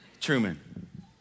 Truman